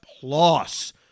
plus